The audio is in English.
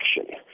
action